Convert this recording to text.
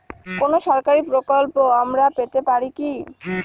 কোন সরকারি প্রকল্প আমরা পেতে পারি কি?